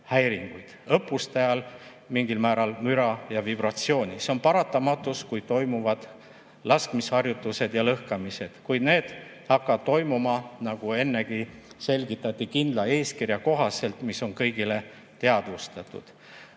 õppuste ajal mingil määral müra ja vibratsiooni. See on paratamatus, kui toimuvad laskmisharjutused ja lõhkamised, kuid need hakkavad toimuma, nagu enne selgitati, kindla eeskirja kohaselt, mis on kõigile teadvustatud.